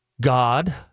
God